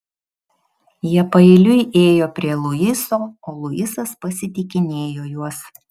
jie paeiliui ėjo prie luiso o luisas pasitikinėjo juos